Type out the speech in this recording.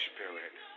Spirit